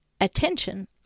attention